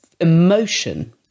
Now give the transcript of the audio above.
emotion